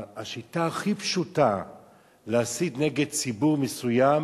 השיטה הכי פשוטה להסית נגד ציבור מסוים,